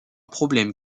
problème